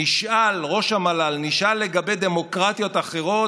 נשאל לגבי דמוקרטיות אחרות,